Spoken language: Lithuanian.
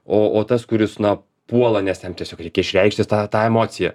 o o tas kuris na puola nes jam tiesiog reikia išreikšti tą tą emociją